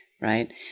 right